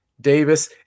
Davis